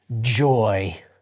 joy